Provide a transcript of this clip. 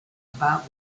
about